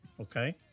Okay